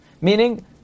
meaning